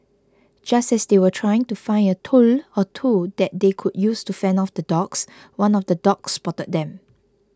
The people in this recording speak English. just as they were trying to find a tool or two that they could use to fend off the dogs one of the dogs spotted them